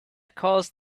caused